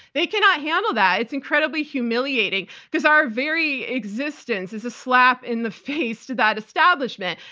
they cannot handle that. it's incredibly humiliating, because our very existence is a slap in the face to that establishment.